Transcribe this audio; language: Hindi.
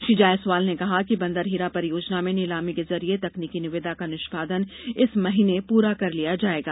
श्री जायसवाल ने कहा कि बंदर हीरा परियोजना में नीलामी के जरिए तकनीकी निविदा का निष्पादन इस महीने पूरा कर लिया जायेगा